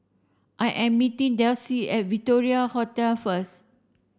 I am meeting Delsie at Victoria Hotel first